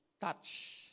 touch